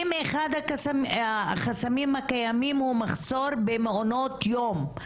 אם אחד החסמים הקיימים הוא מחסור במעונות היום,